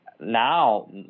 Now